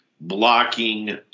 blocking